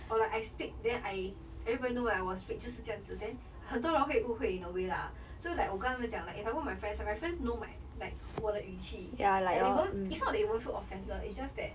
or like I speak then I everybody know that I was speak 就是这样子 then 很多人会误会 in a way lah so like 我跟他们讲 like if I want my friends right my friends know my like 我的语气 like they won't it's not that they won't feel offended it's just that